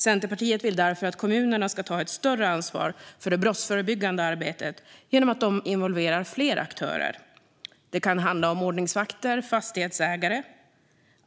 Centerpartiet vill därför att kommunerna ska ta ett större ansvar för det brottsförebyggande arbetet genom att involvera fler aktörer, till exempel ordningsvakter och fastighetsägare.